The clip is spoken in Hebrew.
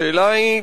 השאלה היא,